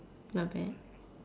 not bad